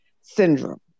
syndrome